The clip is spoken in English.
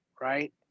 right